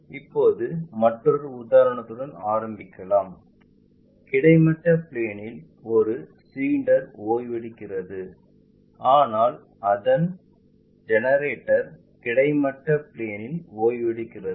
இப்போது மற்றொரு உதாரணத்துடன் ஆரம்பிக்கலாம் கிடைமட்ட பிளேன்இல் ஒரு சிலிண்டர் ஓய்வெடுக்கிறது ஆனால் அதன் ஜெனரேட்டர் கிடைமட்ட பிளேன்இல் ஓய்வெடுக்கிறது